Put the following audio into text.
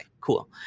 Cool